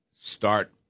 start